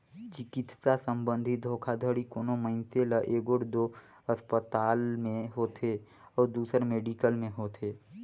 चिकित्सा संबंधी धोखाघड़ी कोनो मइनसे ल एगोट दो असपताल में होथे अउ दूसर मेडिकल में होथे